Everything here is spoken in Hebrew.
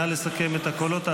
נא לסכם את הקולות.